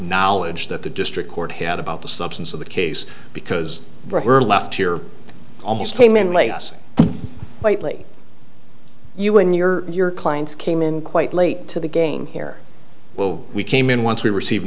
knowledge that the district court had about the substance of the case because we're left here almost came in laos lightly you when you're in your client's came in quite late to the game here well we came in once we receive